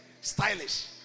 Stylish